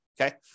okay